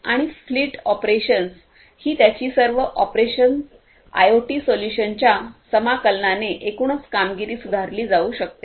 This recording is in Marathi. आणि फ्लीट ऑपरेशन्स ही त्यांची सर्व ऑपरेशन्स आयओटी सोल्यूशन्सच्या समाकलनाने एकूणच कामगिरी सुधारली जाऊ शकते